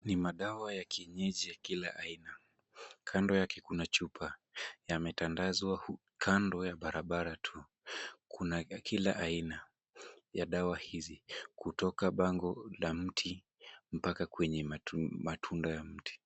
Ni madawa ya kienyeji ya kila aina, kando yake kuna chupa. Yametandazwa kando ya barabara tu. Kuna ya kila aina ya dawa hizi kutoka bango la mti mpaka kwenye matunda ya mti.